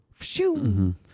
shoo